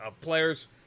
players